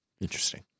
Interesting